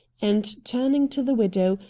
and, turning to the widow,